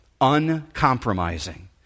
Uncompromising